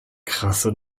krasse